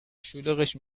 شلوغش